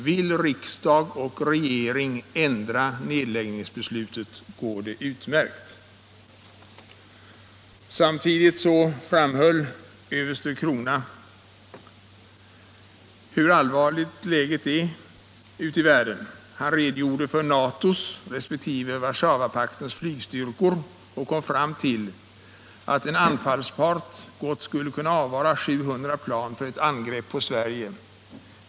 Vill riksdag och regering ändra nedläggningsbeslutet, går det utmärkt!” Samtidigt framhöll överste Crona hur allvarligt läget är ute i världen. Han redogjorde för NATO:s respektive Warszawapaktens flygstyrkor och kom fram till att en anfallspart gott skulle kunna avvara 700 plan för ett angrepp på Sverige.